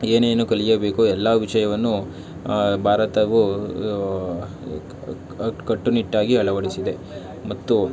ಏನೇನು ಕಲಿಯಬೇಕೊ ಎಲ್ಲ ವಿಷಯವನ್ನು ಭಾರತವು ಕಟ್ಟುನಿಟ್ಟಾಗಿ ಅಳವಡಿಸಿದೆ ಮತ್ತು